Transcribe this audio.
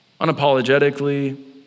unapologetically